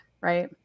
right